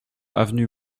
avenue